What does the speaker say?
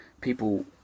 people